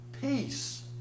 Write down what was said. Peace